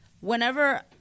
whenever